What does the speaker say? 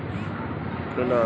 cluster bean एक फलीदार पौधा है